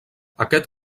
aquest